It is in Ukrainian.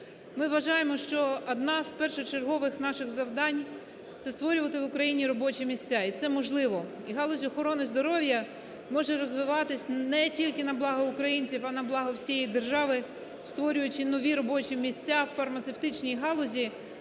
Ми вважаємо, що одне з першочергових наших завдань – це створювати в Україні робочі місця, і це можливо. І галузь охорони здоров'я може розвиватися не тільки на благо українців, а на благо всієї держави, створюючи нові робочі місця в фармацевтичній галузі,